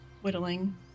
whittling